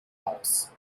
aus